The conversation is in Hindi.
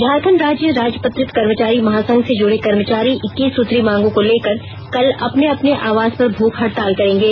झारखंड राज्य राजपत्रित कर्मचारी महासंघ से जुड़े कर्मचारी इक्कीस सूत्री मांगों को लेकर कल अपने अपने आवास पर भूख हड़ताल करेंगे